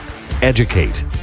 Educate